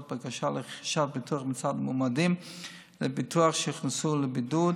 בקשות לרכישת ביטוח מצד מועמדים לביטוח שהוכנסו לבידוד